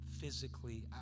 physically